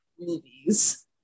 movies